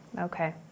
Okay